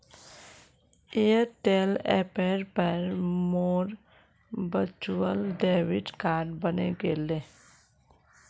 Airtel ऐपेर पर मोर वर्चुअल डेबिट कार्ड बने गेले